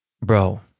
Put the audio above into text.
Bro